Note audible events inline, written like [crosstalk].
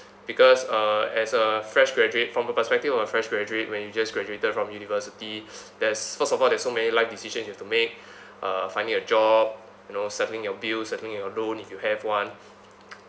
because uh as a fresh graduate from the perspective of a fresh graduate when you just graduated from university [breath] there's first of all there's so many life decisions you have to make uh finding a job you know settling your bill settling your loan if you have one